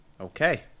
Okay